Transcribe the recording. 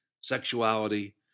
sexuality